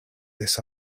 this